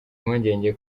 impungenge